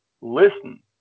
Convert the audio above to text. listen